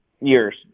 years